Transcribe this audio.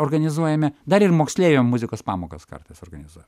organizuojame dar ir moksleiviam muzikos pamokas kartais organizuojam